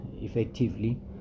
effectively